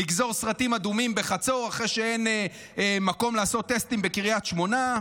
לגזור סרטים אדומים בחצור אחרי שאין מקום לעשות טסטים בקריית שמונה.